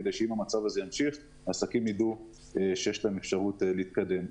כדי שאם המצב ימשיך אנשים יידעו שיש להם אפשרות להתקדם.